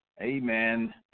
Amen